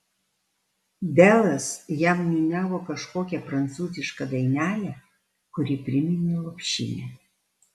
delas jam niūniavo kažkokią prancūzišką dainelę kuri priminė lopšinę